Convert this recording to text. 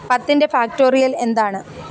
പത്തിൻ്റെ ഫാക്ടോറിയൽ എന്താണ്